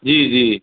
जी जी